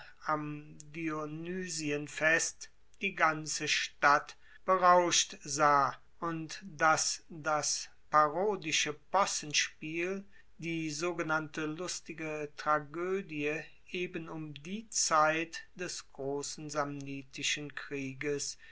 am dionysienfest die ganze stadt berauscht sah und dass das parodische possenspiel die sogenannte lustige tragoedie eben um die zeit des grossen samnitischen krieges